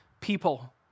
people